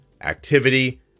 activity